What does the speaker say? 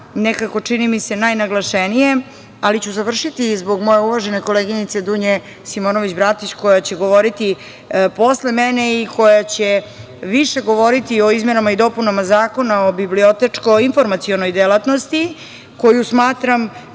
nekako čini mi se najnaglašenije, ali ću završiti zbog moje uvažene koleginice Dunje Simonović Bratić koja će govoriti posle mene i koja će više govoriti o izmenama i dopunama Zakona o bibliotečko-informacionoj delatnosti koju smatram